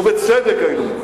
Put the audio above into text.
ובצדק היינו מוחים.